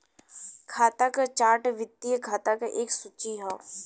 खाता क चार्ट वित्तीय खाता क एक सूची हौ